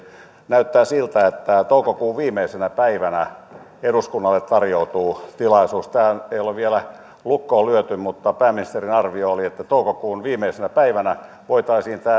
näyttää siltä että toukokuun viimeisenä päivänä eduskunnalle tarjoutuu tilaisuus tähän ei ole vielä lukkoon lyöty mutta pääministerin arvio oli että toukokuun viimeisenä päivänä voitaisiin